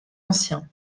ancien